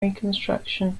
reconstruction